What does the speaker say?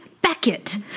Beckett